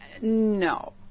no